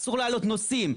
אסור להעלות נושאים.